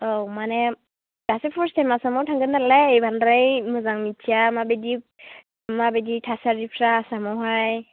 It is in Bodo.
औ मानि दासो पार्स्ट थाइम आसामआव थांगोन नालाय बांद्राय मोजां मिथिया माबायदि माबायदि थासारिफ्रा आसामआवहाय